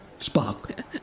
Spock